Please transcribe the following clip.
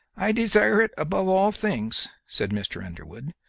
i desire it above all things, said mr. underwood,